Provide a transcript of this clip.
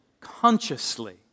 consciously